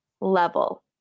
level